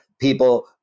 people